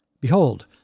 Behold